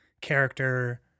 character